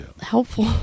helpful